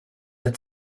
der